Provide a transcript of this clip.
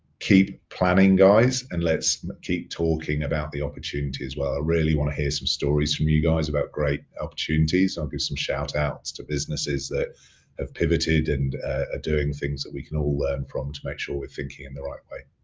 keep planning, guys, and let's keep talking about the opportunities as well. i really wanna hear some stories from you guys, about great opportunities. i'll do some shout outs to businesses that have pivoted and are ah doings things that we can all learn from to make sure we're thinking in the right way.